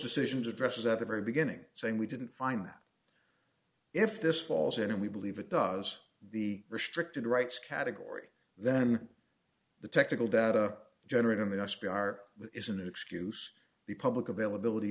decisions addresses at the very beginning saying we didn't find that if this falls in and we believe it does the restricted rights category then the technical data generating the s p r is an excuse the public availability